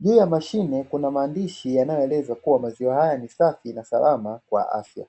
Juu ya mashine kuna maandishi yanayoeleza kuwa maziwa haya ni safi na salama kwa afya.